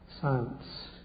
science